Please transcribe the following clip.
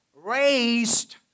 Raised